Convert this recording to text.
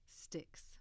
sticks